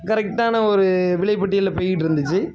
கரெக்டான ஒரு விலை பட்டியலில் போயிட்ருந்துச்சு